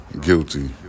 guilty